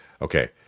Okay